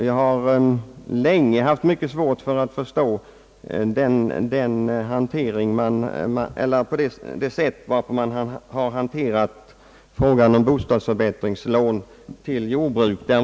Jag har länge haft mycket svårt att förstå det sätt, varpå man hanterat frågan om bostadsförbättringslån till jordbrukare.